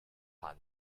panza